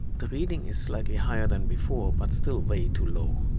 the reading is slightly higher than before but still way too low.